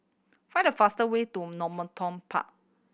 find the fast way to Normanton Park